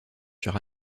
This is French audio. sur